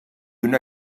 una